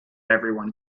everyone